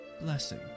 blessing